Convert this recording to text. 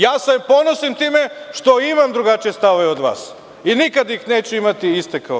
Ja se ponosim time što imam drugačije stavove od vas i nikad ih neću imati iste kao vi.